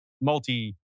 multi